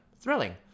thrilling